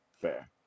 fair